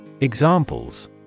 Examples